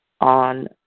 on